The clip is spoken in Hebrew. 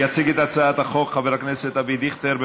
יציג את הצעת החוק חבר הכנסת אבי דיכטר.